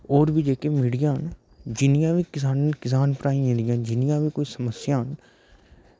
होर बी जेह्के मीडिया न जिन्नियां बी किसान भ्राएं दियां जिन्नियां बी समस्यां न